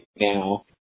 now